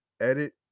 edit